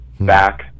back